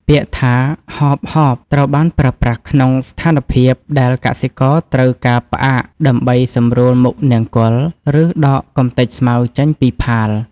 ពាក្យថា ហបៗ ត្រូវបានប្រើប្រាស់ក្នុងស្ថានភាពដែលកសិករត្រូវការផ្អាកដើម្បីសម្រួលមុខនង្គ័ល ឬដកកម្ទេចស្មៅចេញពីផាល។